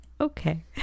Okay